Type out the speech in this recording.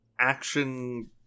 action